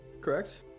correct